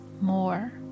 more